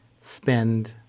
spend